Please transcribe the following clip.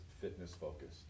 fitness-focused